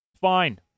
Fine